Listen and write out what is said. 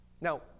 Now